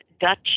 Dutch